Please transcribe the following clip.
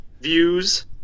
views